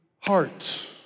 heart